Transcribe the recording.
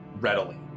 readily